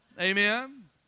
Amen